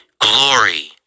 Glory